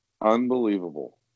Unbelievable